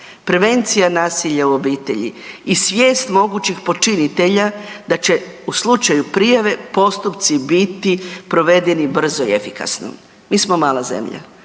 Prevencija nasilja u obitelji i svijest mogućih počinitelja da će u slučaju prijave postupci biti provedeni brzo i efikasno. Mi smo mala zemlja,